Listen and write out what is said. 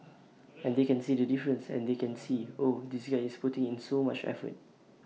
and they can see the difference and they can see oh this guy is putting in so much effort